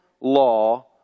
law